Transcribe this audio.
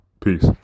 Peace